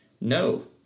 no